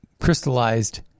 crystallized